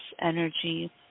energy